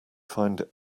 find